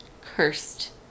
cursed